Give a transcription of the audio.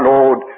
Lord